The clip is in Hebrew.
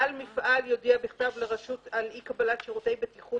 בעל מפעל יודיע בכתב לרשות על אי קבלת שירותי בטיחות